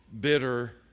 bitter